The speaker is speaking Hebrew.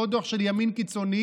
לא דוח של ימין קיצוני,